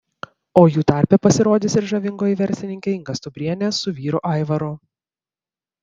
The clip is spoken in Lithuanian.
o jų tarpe pasirodys ir žavingoji verslininkė inga stumbrienė su vyru aivaru